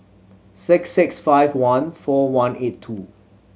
six six five one four one eight two